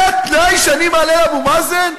זה התנאי שאני מעלה לאבו מאזן?